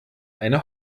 eine